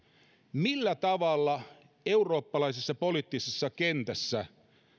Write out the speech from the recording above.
millä tavalla eurooppalaisessa poliittisessa kentässä